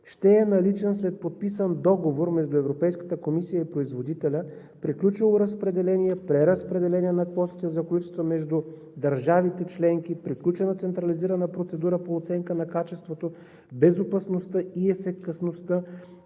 ще е наличен след подписан договор между Европейската комисия и производителя, приключило разпределение, преразпределение на квотите за количества между държавите членки, приключена централизирана процедура по оценка на качеството, безопасността и ефикасността